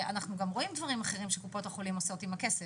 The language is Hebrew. אבל אנחנו גם רואים דברים אחרים שקופות החולים עושות עם הכסף,